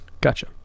Gotcha